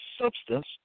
substance